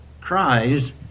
cries